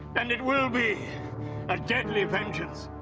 and it will be a deadly vengeance!